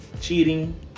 cheating